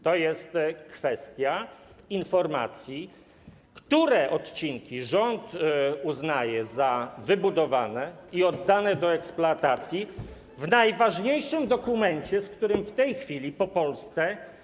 To jest kwestia informacji, które odcinki rząd uznaje za wybudowane i oddane do eksploatacji w najważniejszym dokumencie, z którym w tej chwili po Polsce.